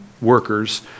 workers